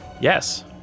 Yes